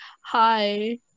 hi